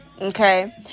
Okay